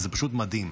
וזה פשוט מדהים.